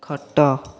ଖଟ